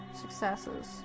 successes